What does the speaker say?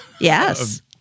Yes